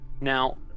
Now